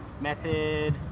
Method